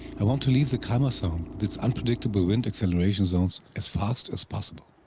i want to leave the kalmar sound, with its unpredictable wind acceleration zones as fast as possible.